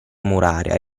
muraria